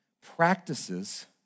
practices